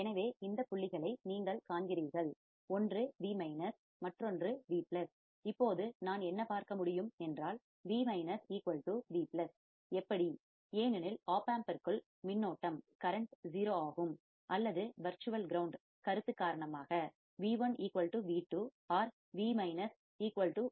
எனவே இந்தப் புள்ளிகளை நீங்கள் காண்கிறீர்கள் ஒன்று V மற்றொன்று V இப்போது நான் என்ன பார்க்க முடியும் என்றால் V V எப்படி ஏனெனில் ஓப்பம்பிற்குள் மின்னோட்டம்கரண்ட் current 0 ஆகும் அல்லது வர்ச்சுவல் கிரவுண்ட் கருத்து காரணமாக V1 V2 or V V